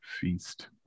feast